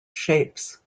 shapes